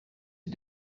ces